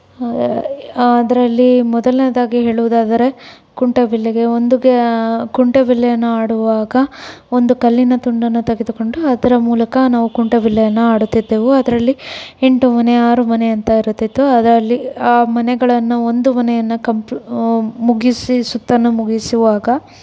ಅದರಲ್ಲಿ ಮೊದಲನೇದಾಗಿ ಹೇಳುವುದಾದರೆ ಕುಂಟೆ ಬಿಲ್ಲೆಗೆ ಒಂದು ಕುಂಟೆ ಬಿಲ್ಲೆಯನ್ನು ಆಡುವಾಗ ಒಂದು ಕಲ್ಲಿನ ತುಂಡನ್ನು ತೆಗೆದುಕೊಂಡು ಅದರ ಮೂಲಕ ನಾವು ಕುಂಟೆ ಬಿಲ್ಲೆಯನ್ನು ಆಡುತ್ತಿದ್ದೆವು ಅದರಲ್ಲಿ ಎಂಟು ಮನೆ ಆರು ಮನೆ ಅಂತ ಇರುತಿತ್ತು ಅದರಲ್ಲಿ ಆ ಮನೆಗಳನ್ನು ಒಂದು ಮನೆಯನ್ನು ಕಂಪ್ ಮುಗಿಸಿ ಸುತ್ತನ್ನು ಮುಗಿಸುವಾಗ